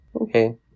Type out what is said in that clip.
okay